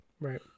Right